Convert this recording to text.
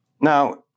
Now